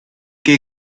che